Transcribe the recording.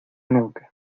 nunca